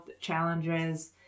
challenges